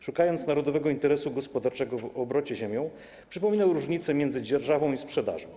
Szukając narodowego interesu gospodarczego w obrocie ziemią, przypominał różnicę między dzierżawą i sprzedażą.